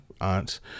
aunts